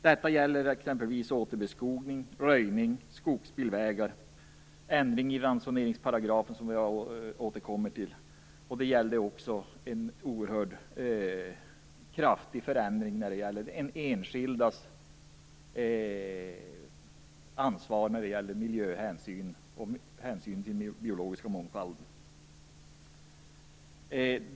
Detta gäller exempelvis återbeskogning, röjning, skogsbilvägar, ändring i ransoneringsparagrafen, vilket jag återkommer till, samt en oerhört kraftig förändring i fråga om enskildas ansvar för miljöhänsyn och hänsynen till den biologiska mångfalden.